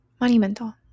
monumental